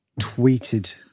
tweeted